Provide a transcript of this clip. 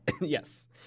Yes